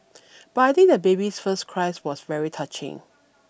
but I think the baby's first cry was very touching